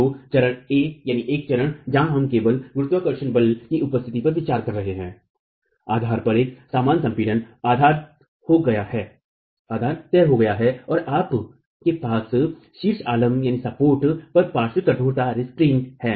तो चरण ए जहां हम केवल गुरुत्वाकर्षण बलों की उपस्थित पर विचार कर रहे हैं आधार पर एक समान संपीड़न आधार तय हो गया है और आपके पास शीर्ष आलम्ब पर पार्श्व कठोरता है